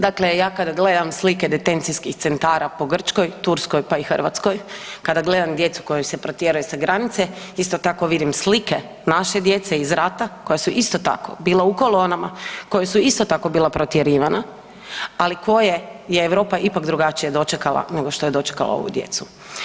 Dakle, ja kad gledam slike detencijskih centara po Grčkoj, Turskoj, pa i Hrvatskoj kada gledam djecu koju se protjera sa granice isto tako vidim slike naše djece iz rata koja su isto tako bila u kolonama, koja su isto tako bila protjerivana ali koje je Europa ipak drugačije dočekala nego što je dočekala ovu djecu.